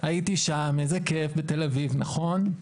הייתי שם, איזה כיף בתל-אביב, נכון?